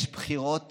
יש בחירות